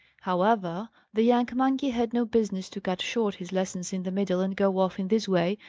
however, the young monkey had no business to cut short his lessons in the middle, and go off in this way,